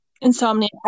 Insomnia